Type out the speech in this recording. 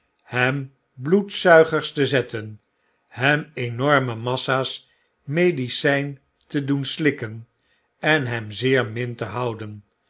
hem bloedzuigers te zetten hem enorme massa's medicijn te doen slikken en hem zeer min te houden